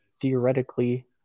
theoretically